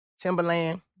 Timberland